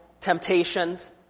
temptations